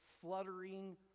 fluttering